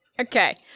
Okay